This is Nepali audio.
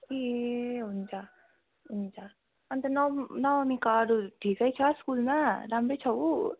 ए हुन्छ हुन्छ अन्त नम नवमीको अरू ठिकै छ स्कुलमा राम्रै छ ऊ